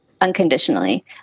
unconditionally